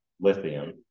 Lithium